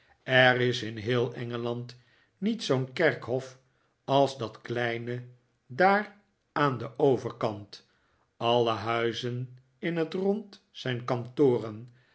er is in heel engeland niet zoo'n kerkhof als dat kleine daar aan den overkant alle huizen in het rond zijn kantoren